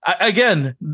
again